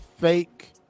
fake